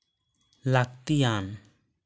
ᱞᱟ ᱠᱛᱤᱭᱟᱱ